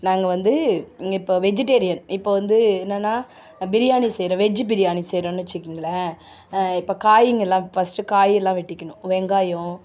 நாங்கள் வந்து இங்கே இப்போ வெஜிடேரியன் இப்போ வந்து என்னென்னா பிரியாணி செய்கிறோம் வெஜ்ஜு பிரியாணி செய்கிறோன்னு வச்சுக்கிங்களேன் இப்போ காயிங்கெல்லாம் ஃபஸ்ட்டு காயெல்லாம் வெட்டிக்கணும் வெங்காயம்